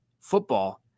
football